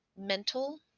mental